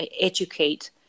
educate